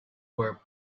were